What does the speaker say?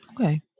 okay